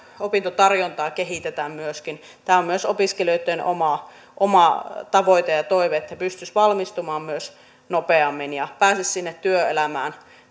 opintotarjontaa kehitetään tämä on myös opiskelijoitten oma tavoite ja toive että he pystyisivät valmistumaan nopeammin ja pääsisivät sinne työelämään